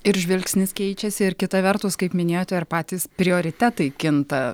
ir žvilgsnis keičiasi ir kita vertus kaip minėjote ir patys prioritetai kinta